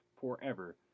forever